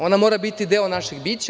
Ona mora biti deo našeg bića.